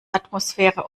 atmosphäre